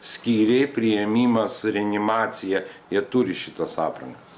skyriai priėmimas reanimacija jie turi šitas aprangas